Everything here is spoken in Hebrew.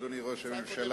אדוני ראש הממשלה,